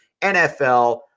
NFL